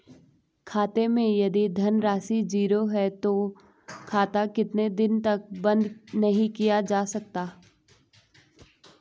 खाते मैं यदि धन राशि ज़ीरो है तो खाता कितने दिन तक बंद नहीं किया जा सकता?